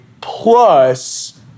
plus